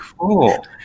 cool